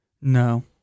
No